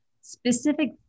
specific